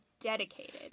dedicated